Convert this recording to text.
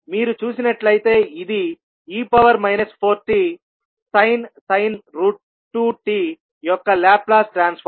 మీరు చూసినట్లయితే ఇది e 4tsin 2t యొక్క లాప్లాస్ ట్రాన్స్ఫార్మ్